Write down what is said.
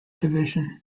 division